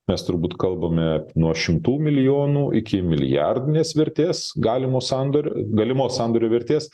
mes turbūt kalbame nuo šimtų milijonų iki milijardinės vertės galimo sandorio galimos sandorio vertės